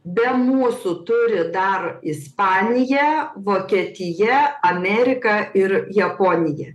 be mūsų turi dar ispanija vokietija amerika ir japonija